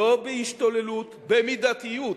לא בהשתוללות, במידתיות,